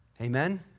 Amen